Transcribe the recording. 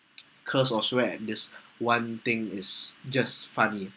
curse or swear in this one thing is just funny